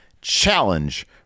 Challenge